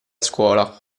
scuola